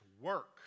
work